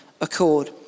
accord